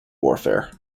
warfare